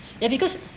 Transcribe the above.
ya because